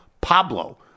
Pablo